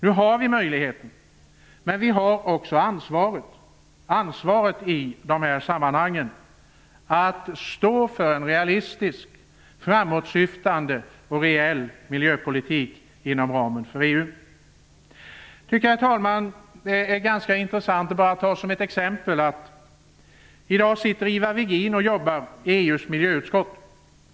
Vi har möjligheter men också ansvaret för att stå för en realistisk, framåtsyftande och reell miljöpolitik inom ramen för Herr talman! Jag kan ge ett exempel. I dag arbetar Ivar Virgin i EU:s miljöutskott.